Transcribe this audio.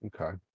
okay